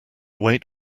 wait